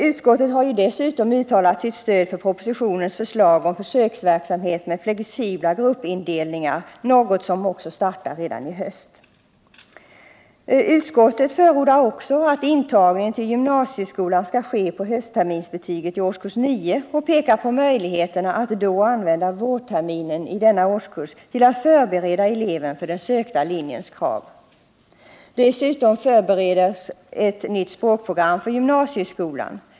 Utskottet har dessutom uttalat sitt stöd för propositionens förslag om försöksverksamhet med mer flexibla gruppindelningar, något som också startar redan i höst. Utskottet förordar också att intagningen till gymnasieskolan skall ske på höstterminsbetyget i årskurs 9 och pekar på möjligheterna att då använda vårterminen i denna årskurs till att förbereda eleven för den sökta linjens krav. Dessutom förbereds ett nytt språkprogram för gymnasieskolan.